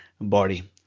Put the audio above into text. body